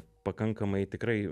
pakankamai tikrai